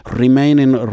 remaining